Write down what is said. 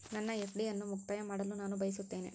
ನನ್ನ ಎಫ್.ಡಿ ಅನ್ನು ಮುಕ್ತಾಯ ಮಾಡಲು ನಾನು ಬಯಸುತ್ತೇನೆ